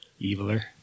Eviler